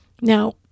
Now